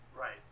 Right